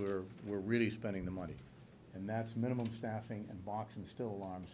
where we're really spending the money and that's minimal staffing and box and still longs